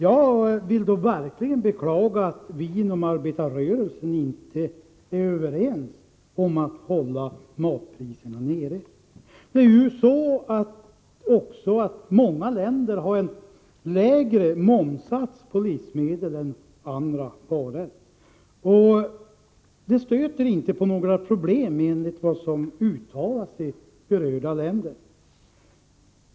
Jag vill verkligen beklaga att vi inom arbetarrörelsen inte är överens om att hålla matpriserna nere. Många länder har också en lägre moms på livsmedel än på andra varor. Det stöter inte på några problem, enligt vad som har uttalats i berörda länder.